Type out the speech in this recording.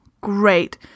great